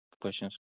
questions